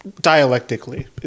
dialectically